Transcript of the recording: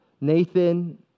Nathan